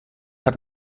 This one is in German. hat